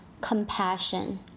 compassion